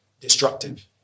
destructive